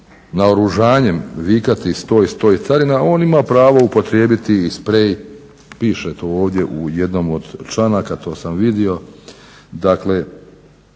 naoružanjem vikati stoj, stoj, carina on ima pravo upotrijebiti i sprej, piše to ovdje u jednom od članaka to sam vidio. Dakle,